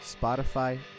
Spotify